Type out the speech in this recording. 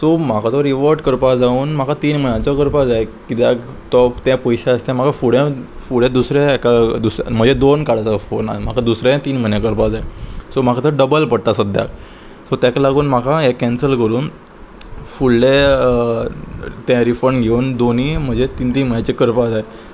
so म्हाका तो रिवॉर्ट करपा जावन म्हाका तीन म्हयन्याचो करपा जाय किद्याक तो ते पयशे आसता म्हाका फुडें फुडें दुसऱ्या हेका म्हज्या दोन कार्ड आसा फोनान म्हाका दुसऱ्या तीन म्हयने करपा जाय सो म्हाका तो डबल पडटा सद्याक सो तेका लागून म्हाका हें कॅन्सल करून फुडलें तें रिफंड घेवन दोनी म्हजे तीन तीन म्हयन्याचें करपा जाय